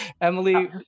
Emily